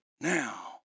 Now